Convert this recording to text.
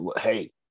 Hey